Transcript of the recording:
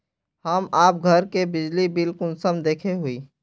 हम आप घर के बिजली बिल कुंसम देखे हुई?